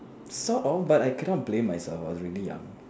sort of but I cannot blame myself I was really young